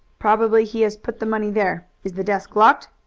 probably he has put the money there. is the desk locked?